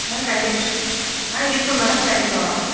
ம் கண்டிப்பா ஆ இருப்பேன் மேடம் கண்டிப்பாக வாங்க